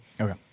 okay